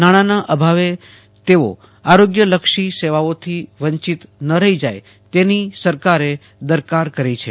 નાણાંના અભાવે તેઓ આરોગ્યલક્ષી સેવાઓથી વંચિત ન રહી જાય તેની સરાકરે દરકાર કરી છે